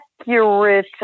accurate